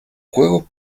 juegos